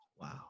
Wow